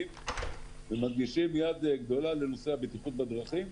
ומדגישים --- גדולה לנושא הבטיחות בדרכים,